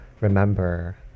remember